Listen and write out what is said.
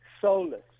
soulless